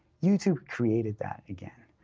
youtube created that again.